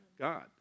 God